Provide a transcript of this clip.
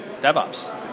DevOps